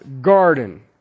garden